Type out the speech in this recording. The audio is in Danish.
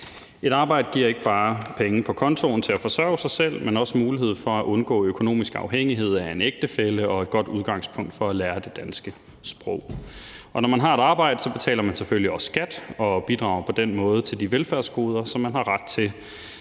Et arbejde giver ikke bare penge på kontoen til at forsørge sig selv, men også mulighed for at undgå økonomisk afhængighed af en ægtefælle, og det er et godt udgangspunkt for at lære det danske sprog. Når man har et arbejde, betaler man selvfølgelig også skat og bidrager på den måde til de velfærdsgoder, som man har ret til.